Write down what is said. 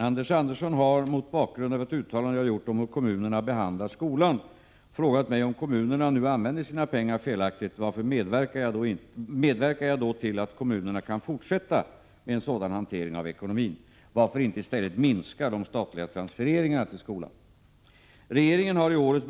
I samband med en socialdemokratisk distriktskongress i Sundsvall sade finansministern till TT: ”Det är något konstigt med skolan!” Vidare säger finansministern: ”Jag kan inte dra andra slutsatser än att kommunerna helt enkelt satsar sina pengar fel. Vi har studerat en stor kommun i Sverige där antalet elever minskat med 60 96 på tio år.